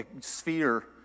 sphere